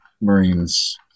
Marines